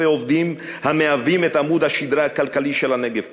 עובדים המהווים את עמוד השדרה הכלכלי של הנגב כולו.